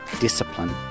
discipline